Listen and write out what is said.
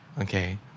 okay